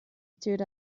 stood